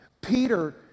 Peter